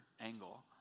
angle